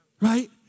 Right